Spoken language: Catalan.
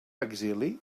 exili